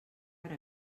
per